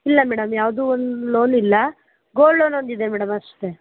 ಇಲ್ಲ ಮೇಡಮ್ ಯಾವುದೂ ಒಂದು ಲೋನ್ ಇಲ್ಲ ಗೋಲ್ಡ್ ಲೋನ್ ಒಂದಿದೆ ಮೇಡಮ್ ಅಷ್ಟೇ